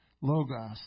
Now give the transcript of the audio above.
Logos